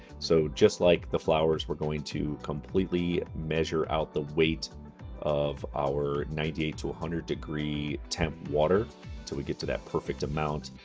so just like the flours, we're going to completely measure out the weight of our ninety eight to one hundred degree temp water till we get to that perfect amount.